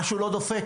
משהו לא דופק.